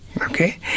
Okay